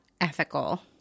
ethical